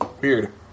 Weird